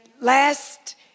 last